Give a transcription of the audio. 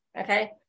Okay